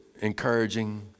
encouraging